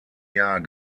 jahr